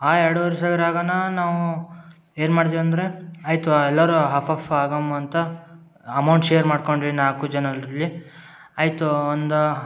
ಆ ಎರಡುವರೆ ಸಾವಿರಾಗನ ನಾವು ಏನು ಮಾಡ್ದೆವು ಅಂದರೆ ಆಯಿತು ಎಲ್ಲಾರು ಹಾಫ್ ಆಫ್ ಆಗೋಮ ಅಂತ ಅಮೌಂಟ್ ಶೇರ್ ಮಾಡ್ಕೊಂಡ್ವಿ ನಾಲ್ಕು ಜನರಲ್ಲಿ ಆಯಿತು ಒಂದು